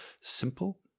Simple